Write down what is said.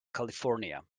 california